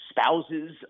spouses